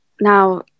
Now